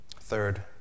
Third